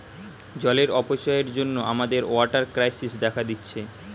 জলের অপচয়ের জন্যে আমাদের ওয়াটার ক্রাইসিস দেখা দিচ্ছে